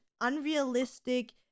unrealistic